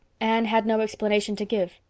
anne had no explanation to give.